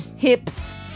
Hips